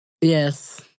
Yes